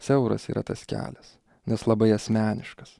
siauras yra tas kelias nes labai asmeniškas